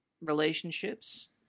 relationships